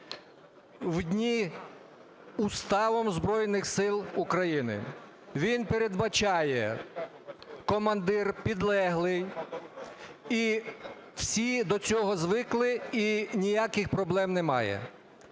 житті, Уставом Збройних Сил України. Він передбачає, командир, підлеглий; і всі до цього звикли, і ніяких проблем немає.